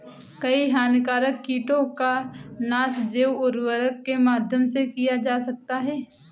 कई हानिकारक कीटों का नाश जैव उर्वरक के माध्यम से किया जा सकता है